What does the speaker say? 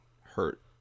hurt